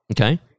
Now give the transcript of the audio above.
Okay